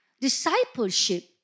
Discipleship